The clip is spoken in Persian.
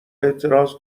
اعتراض